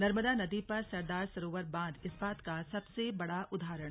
नर्मदा नदी पर सरदार सरोवर बांध इस बात का सबसे बड़ा उदाहरण